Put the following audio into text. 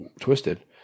twisted